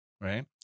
right